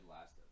last